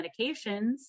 medications